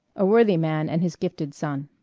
a worthy man and his gifted son